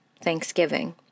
Thanksgiving